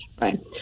right